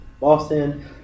Boston